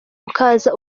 ukaza